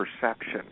perception